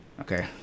Okay